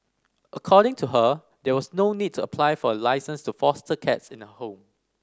according to her there was no needs apply for a licence to foster cats in the home